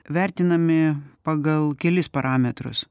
vertinami pagal kelis parametrus